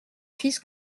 fils